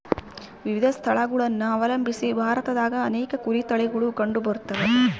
ವಿವಿಧ ಸ್ಥಳಗುಳನ ಅವಲಂಬಿಸಿ ಭಾರತದಾಗ ಅನೇಕ ಕುರಿ ತಳಿಗುಳು ಕಂಡುಬರತವ